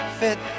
fit